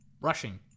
Rushing